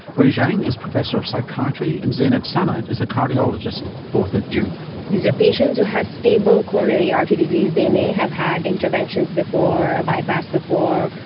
wei jiang is professor of psychiatry, and zainab samad is a cardiologist, both at duke. these are patients who had stable coronary artery disease. they may have had interventions before, a bypass before,